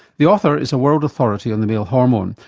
the author is a world authority on the male hormone,